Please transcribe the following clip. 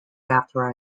after